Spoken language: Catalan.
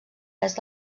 est